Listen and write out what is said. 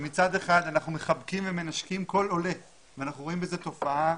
שמצד אחד אנחנו מחבקים ומנשקים כל עולה ואנחנו רואים בזה תופעה